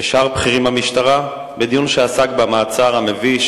ושאר בכירים במשטרה, בדיון שעסק במעצר המביש